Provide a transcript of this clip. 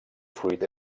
fruit